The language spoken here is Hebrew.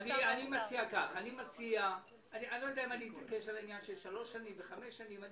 אני לא יודע אם אני אתעקש על העניין של שלוש שנים או חמש שנים.